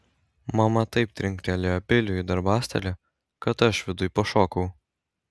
mama taip trinktelėjo peiliu į darbastalį kad aš viduj pašokau